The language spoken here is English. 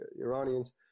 iranians